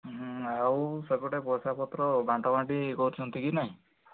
ହୁଁ ଆଉ ସେପଟେ ପଇସା ପତ୍ର ବାଣ୍ଟା ବାଣ୍ଟି କରୁଛନ୍ତି କି ନାହିଁ